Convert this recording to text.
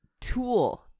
tool